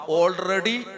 already